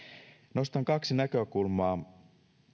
nostan kaksi näkökulmaa